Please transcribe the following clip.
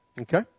okay